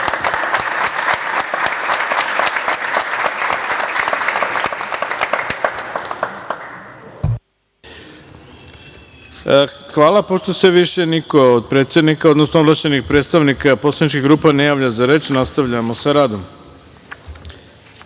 Zahvaljujem. Pošto se više niko od predsednika, odnosno ovlašćenih predstavnika poslaničkih grupa ne javlja za reč, nastavljamo sa radom. Pošto